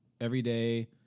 everyday